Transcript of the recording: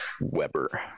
Weber